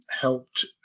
helped